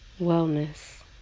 wellness